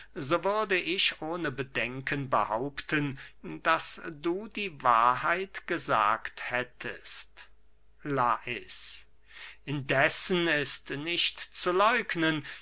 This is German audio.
so würde ich ohne bedenken behaupten daß du die wahrheit gesagt hättest lais indessen ist nicht zu läugnen